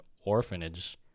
orphanage